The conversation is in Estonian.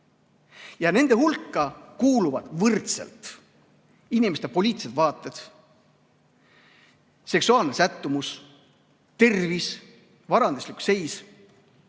Nende hulka kuuluvad võrdselt inimeste poliitilised vaated, seksuaalne sättumus, tervis, varanduslik seis.